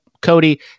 Cody